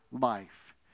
life